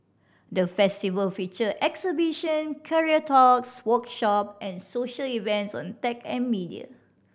the Festival featured exhibition career talks workshop and social events on tech and media